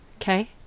Okay